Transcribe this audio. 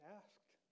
asked